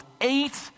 eight